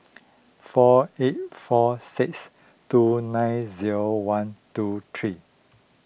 four eight four six two nine zero one two three